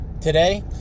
today